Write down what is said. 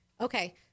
Okay